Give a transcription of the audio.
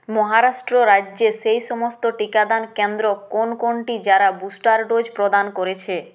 মহারাষ্ট্র রাজ্যে সেই সমস্ত টিকাদান কেন্দ্র কোন কোনটি যারা বুস্টার ডোজ প্রদান করেছে